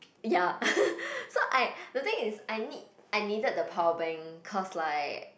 ya so I the thing is I need I needed the power bank because like